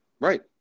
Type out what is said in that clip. right